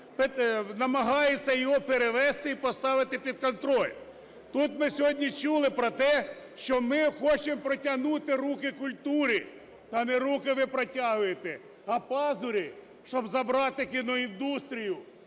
намагаються його перевести і поставити під контроль. Тут ми сьогодні чули про те, що ми хочемо протягнути руки культурі, а не руки ви протягуєте, а пазурі, щоб забрати кіноіндустрію,